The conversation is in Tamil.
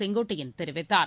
செங்கோட்டையன் தெரிவித்தார்